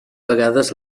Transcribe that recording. vegades